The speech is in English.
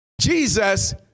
Jesus